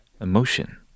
Emotion